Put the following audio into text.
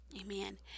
Amen